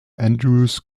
andrews